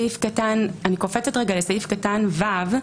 אני עוברת לסעיף קטן (ו),